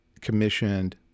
commissioned